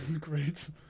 great